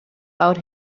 out